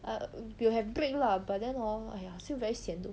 !aiya! will have break lah but then hor !aiya! still very sian though